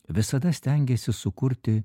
visada stengiasi sukurti